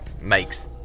makes